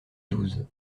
douze